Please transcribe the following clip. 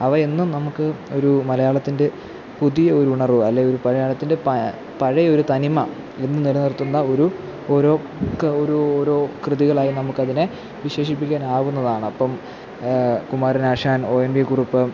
അവയെന്നും നമുക്ക് ഒരു മലയാളത്തിൻ്റെ പുതിയൊരു ഉണർവ് അല്ലെങ്കിൽ ഒരു മലയാളത്തിൻ്റെ പഴയ ഒരു തനിമ ഇന്നും നിലനിർത്തുന്ന ഒരു ഓരോ ഓരോ കൃതികളായി നമുക്കതിനെ വിശേഷിപ്പിക്കാൻ ആവുന്നതാണ് അപ്പം കുമാരനാശാൻ ഒ എൻ വി കുറുപ്പ്